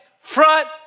front